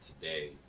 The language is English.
today